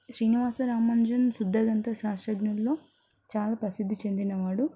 శ్రీనివాస రామానుజన్ శుద్ద గణిత శాస్త్రజ్ఞుల్లో చాలా ప్రసిద్ధి చెందినవాడు